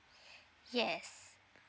yes